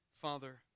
Father